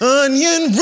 onion